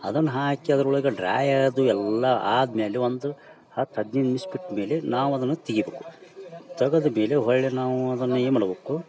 ಅದನ್ನ ಹಾಕಿ ಅದ್ರೊಳಗೆ ಡ್ರೈ ಅದು ಎಲ್ಲಾ ಆದ್ಮೇಲೆ ಒಂದು ಹತ್ತು ಹದಿನೈದು ನಿಮಿಷ ಬಿಟ್ಮೇಲೆ ನಾವು ಅದನು ತೆಗಿಬಕು ತಗದ ಮೇಲೆ ಹೊಳ್ಳಿ ನಾವು ಅದನ್ನ ಏನ್ಮಾಡ್ಬಕು